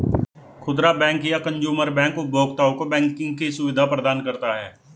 खुदरा बैंक या consumer bank उपभोक्ताओं को बैंकिंग की सुविधा प्रदान करता है